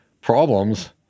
problems